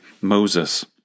Moses